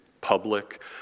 public